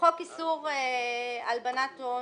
בחוק איסור הלבנת הון,